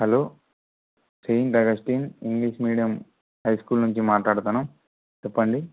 hello saint Augustine English medium high school నుంచి మాట్లాడుతున్నాను చెప్పండి